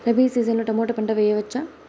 Rabi season లో tomato పంట వేయవచ్చా?